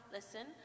Listen